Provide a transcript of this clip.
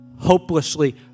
hopelessly